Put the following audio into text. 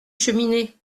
cheminée